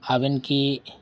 ᱟᱵᱮᱱ ᱠᱤ